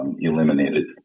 eliminated